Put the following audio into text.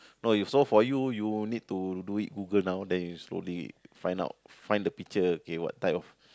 no you so for you you will need to do it Google now then you slowly find out find the picture what type of